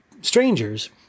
strangers